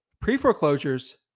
Pre-foreclosures